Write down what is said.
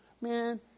Man